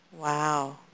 Wow